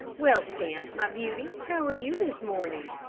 well, scamp, my beauty, how are you, this morning?